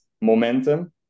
momentum